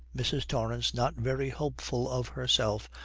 mrs. torrance, not very hopeful of herself,